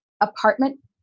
apartment